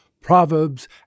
Proverbs